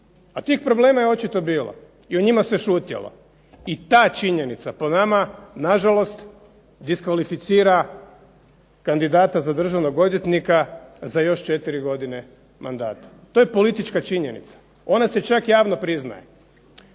a tih problema je očito bilo i o njima se šutjelo. I ta činjenica po nama na žalost diskvalificira kandidata za državnog odvjetnika za još 4 godine mandata. To je politička činjenica ona se čak javno priznaje.